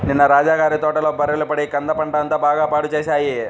నిన్న రాజా గారి తోటలో బర్రెలు పడి కంద పంట అంతా బాగా పాడు చేశాయి